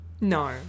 No